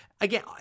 again